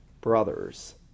brothers